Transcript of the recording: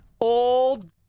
old